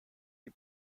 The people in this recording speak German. die